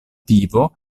vivo